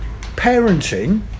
parenting